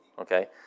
Okay